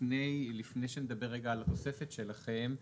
לפני שנדבר רגע על התוספת שלכם,